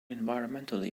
environmentally